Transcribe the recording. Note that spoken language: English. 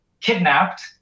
kidnapped